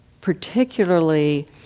particularly